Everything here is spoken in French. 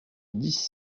dix